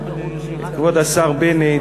כבוד השר בנט,